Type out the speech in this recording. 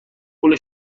پول